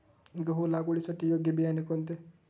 गहू लागवडीसाठी योग्य बियाणे कोणते?